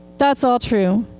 that's all true.